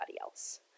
else